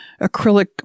acrylic